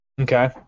Okay